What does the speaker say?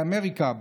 באמריקה,